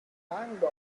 climbed